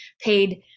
paid